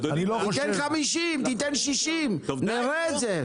תיתן 50, תיתן 60, נראה את זה.